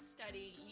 study